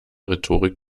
rhetorik